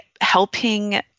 helping